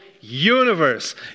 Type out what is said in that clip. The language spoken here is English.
universe